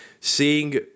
Seeing